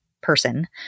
person